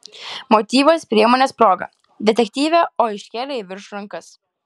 motyvas priemonės proga detektyvė o iškėlė į viršų rankas